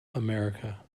america